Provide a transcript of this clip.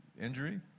injury